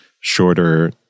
shorter